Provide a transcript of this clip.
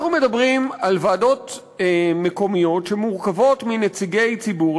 אנחנו מדברים על ועדות מקומיות שמורכבות מנציגי ציבור.